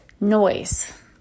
noise